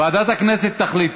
ועדת הכנסת תחליט.